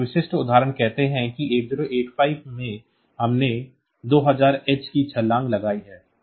इसलिए विशिष्ट उदाहरण कहते हैं कि 8085 में हमने 2000h की छलांग लगाई है